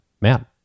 Matt